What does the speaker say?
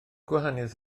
gwahaniaeth